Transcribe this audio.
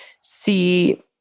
see